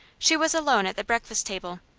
she was alone at the breakfast table,